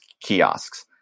kiosks